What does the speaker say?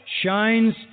shines